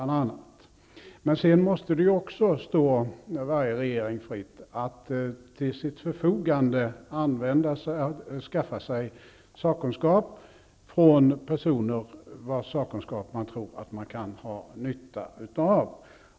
Men det måste stå varje regering fritt att skaffa sig sakkunskap från personer vilkas sakkunskaper man tror sig kunna ha nytta av.